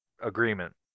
agreement